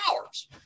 hours